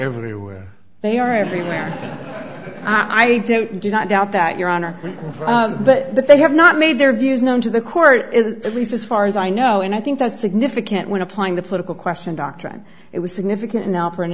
everywhere they are everywhere i don't do not doubt that your honor but that they have not made their views known to the court at least as far as i know and i think that's significant when applying the political question doctrine it was significant